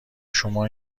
شما